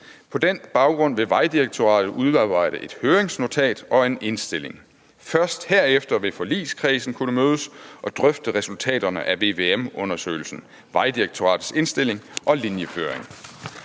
På den baggrund vil Vejdirektoratet udarbejde et høringsnotat og en indstilling. Først herefter vil forligskredsen kunne mødes og drøfte resultaterne af VVM-undersøgelsen, Vejdirektoratets indstilling og linjeføringen.